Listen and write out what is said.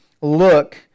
look